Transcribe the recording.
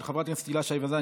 של חברת הכנסת הילה שי וזאן,